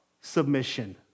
submission